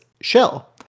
shell